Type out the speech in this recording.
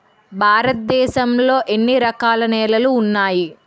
భారతదేశం లో ఎన్ని రకాల నేలలు ఉన్నాయి?